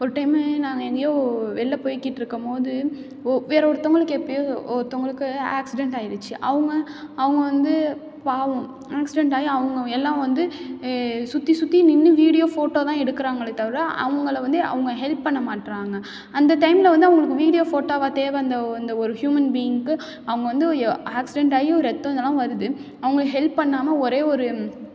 ஒரு டைமு நாங்கள் எங்கேயோ வெளில போய்க்கிட்ருக்கும்மோது ஒ வேறு ஒருத்தங்களுக்கு எப்போயோ ஒருத்தங்களுக்கு ஆக்சிடெண்ட் ஆகிடுச்சி அவங்க அவங்க வந்து பாவம் ஆக்சிடெண்ட்டாகி அவங்க எல்லாம் வந்து சுற்றி சுற்றி நின்று வீடியோ ஃபோட்டோ தான் எடுக்கிறாங்களே தவிர அவங்கள வந்து அவங்க ஹெல்ப் பண்ண மாட்றாங்க அந்த டைமில் வந்து அவங்களுக்கு வீடியோ ஃபோட்டோவா தேவை அந்த அந்த ஒரு ஹியூமன் பீயிங்குக்கு அவங்க வந்து ய ஆக்சிடெண்ட்டாகியும் ரத்தம் இதெல்லாம் வருது அவங்க ஹெல்ப் பண்ணாமல் ஒரே ஒரு